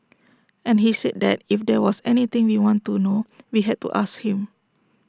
and he said that if there was anything we wanted to know we had to ask him